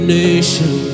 nation